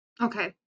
Okay